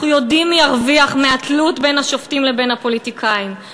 אנחנו יודעים מי ירוויח מהתלות בין השופטים לבין הפוליטיקאים,